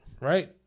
right